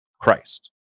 Christ